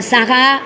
सः